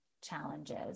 challenges